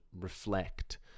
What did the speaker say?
reflect